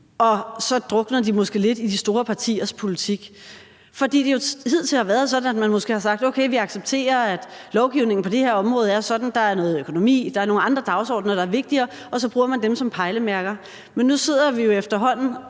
de så måske drukner lidt i de store partiers politik. For det har jo hidtil været sådan, at man måske har sagt, at man accepterer, at lovgivningen på det her område er sådan; der er noget økonomi, der er nogle andre dagsordener, der er vigtigere, og så bruger man dem som pejlemærker. Men nu sidder vi jo efterhånden